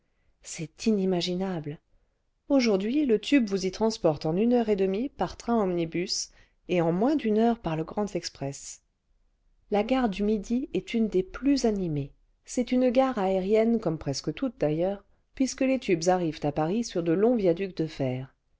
c'est inimaginable aujourd'hui le tube vous y transporte en une heure et demie par train omnibus et en moins d'une heure par le grand express la gare du midi est une des plus animées c'est une gare aérienne comme presque toutes d'ailleurs puisque les tubes arrivent à paris sur de longs viaducs de fer